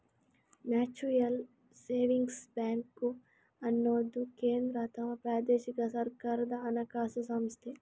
mutual savings bank ಅನ್ನುದು ಕೇಂದ್ರ ಅಥವಾ ಪ್ರಾದೇಶಿಕ ಸರ್ಕಾರದ ಹಣಕಾಸು ಸಂಸ್ಥೆ